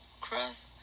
crust